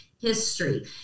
history